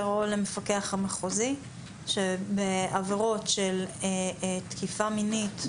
או למפקח המחוזי שבעבירות של תקיפה מינית,